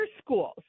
schools